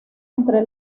entre